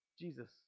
Jesus